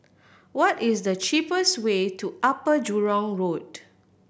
what is the cheapest way to Upper Jurong Road